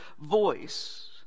voice